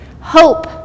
hope